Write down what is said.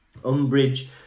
Umbridge